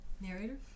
Narrator